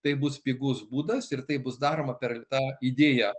tai bus pigus būdas ir tai bus daroma per tą idėją